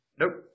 nope